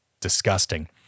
disgusting